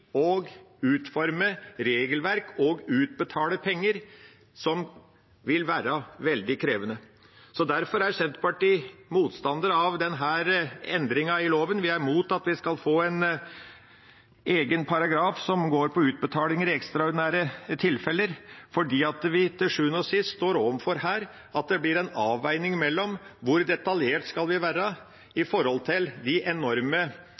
loven – vi er mot at vi skal få en egen paragraf som handler om utbetalinger i ekstraordinære tilfeller. For det vi til sjuende og sist står overfor her, er at det blir en avveining mellom hvor detaljert vi skal være med tanke på de enorme